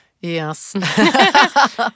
Yes